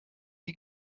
die